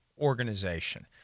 organization